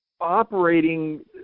operating